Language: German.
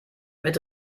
mit